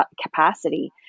capacity